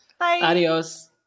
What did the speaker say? adios